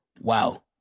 Wow